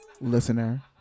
listener